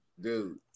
Dude